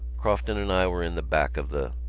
crofton and i were in the back of the.